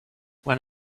one